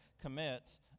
commits